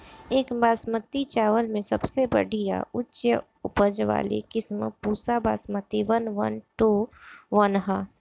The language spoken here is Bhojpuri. एक बासमती चावल में सबसे बढ़िया उच्च उपज वाली किस्म Pusa Basmati one one two one ह?